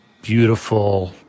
beautiful